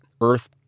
Earth